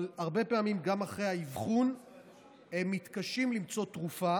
אבל הרבה פעמים גם אחרי האבחון הם מתקשים למצוא תרופה